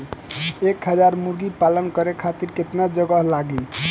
एक हज़ार मुर्गी पालन करे खातिर केतना जगह लागी?